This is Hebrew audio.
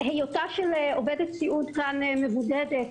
היותה של עובדת סיעוד כאן מבודדת,